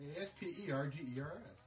S-P-E-R-G-E-R-S